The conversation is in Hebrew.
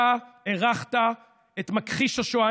אתה אירחת את מכחיש השואה.